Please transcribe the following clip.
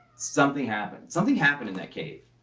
something happened. something happened in that cave.